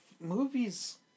movies